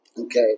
Okay